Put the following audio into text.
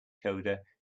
coder